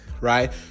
right